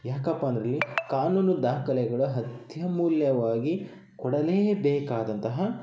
ಯಾಕಪ್ಪ ಅಂದರಿಲ್ಲಿ ಕಾನೂನು ದಾಖಲೆಗಳು ಅತ್ಯಮೂಲ್ಯವಾಗಿ ಕೊಡಲೇಬೇಕಾದಂತಹ